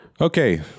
Okay